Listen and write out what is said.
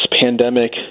pandemic